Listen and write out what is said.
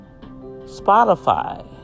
Spotify